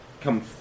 Come